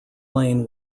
lane